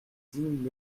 digne